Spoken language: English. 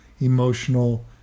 emotional